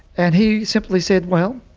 and he simply said, well,